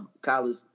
college